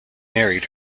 married